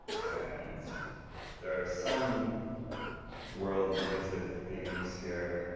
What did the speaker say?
and there's some world music themes here.